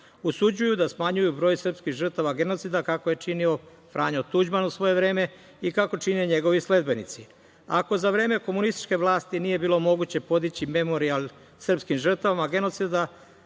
usuđuju da smanjuju broj srpskih žrtava genocida, kako je činio Franjo Tuđman u svoje vreme i kako čine njegovi sledbenici. Ako za vreme komunističke vlasti nije bilo moguće podići memorijal srpskim žrtvama genocida,